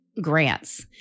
grants